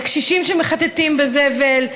לקשישים שמחטטים בזבל,